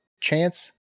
Chance